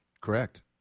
Correct